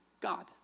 God